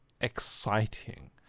exciting